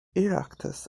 oireachtas